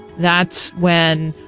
that's when,